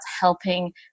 helping